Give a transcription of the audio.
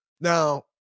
Now